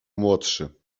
młodszy